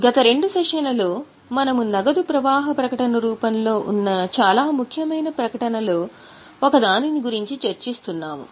గత రెండు సెషన్లలో మేము నగదు ప్రవాహ ప్రకటన రూపంలో ఉన్న చాలా ముఖ్యమైన ప్రకటనలలో ఒకదాని గురించి చర్చిస్తున్నాము